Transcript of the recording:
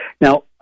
now